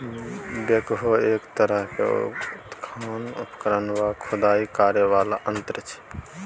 backhoe एक तरहक उत्खनन उपकरण वा खुदाई करय बला यंत्र छै